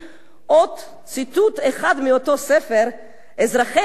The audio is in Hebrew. עוד ציטוט אחד מאותו ספר: אזרחי המדינה